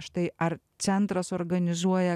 štai ar centras organizuoja